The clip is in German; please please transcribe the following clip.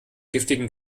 giftigen